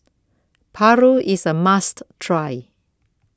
Paru IS A must Try